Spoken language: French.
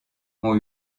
ont